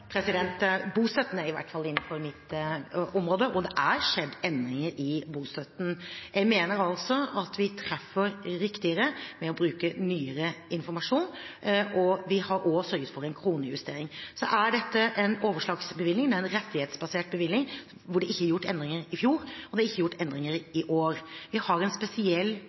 Bostøtten er i hvert fall innenfor mitt område. Det har skjedd endringer i bostøtten. Jeg mener altså at vi treffer riktigere med å bruke nyere informasjon. Vi har også sørget for en kronejustering. Så er dette en overslagsbevilgning, det er en rettighetsbasert bevilgning, hvor det ikke ble gjort endringer i fjor, og det ikke er gjort endringer i år. Vi har en spesiell